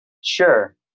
sure